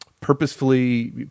purposefully